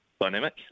dynamic